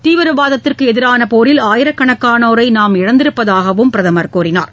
தீவிரவாதத்துக்கு எதிரான போரில் ஆயிரக்கணக்கானோரை நாம் இழந்திருப்பதாகவும் பிரதமர் குறிப்பிட்டார்